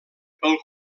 pel